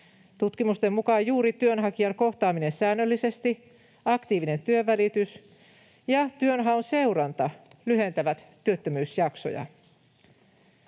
Tutkimusten mukaan juuri työnhakijan kohtaaminen säännöllisesti, aktiivinen työnvälitys ja työnhaun seuranta lyhentävät työttömyysjaksoja.